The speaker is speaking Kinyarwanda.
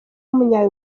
w’umunya